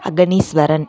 Athaneeswaran